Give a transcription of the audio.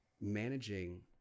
managing